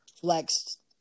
flexed